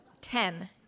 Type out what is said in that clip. Ten